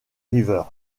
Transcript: river